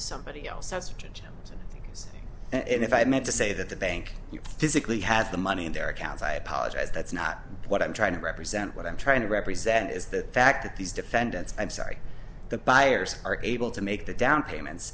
somebody else has to change things and if i meant to say that the bank physically had the money in their accounts i apologize that's not what i'm trying to represent what i'm trying to represent is the fact that these defendants i'm sorry the buyers are able to make the down payment